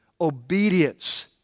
Obedience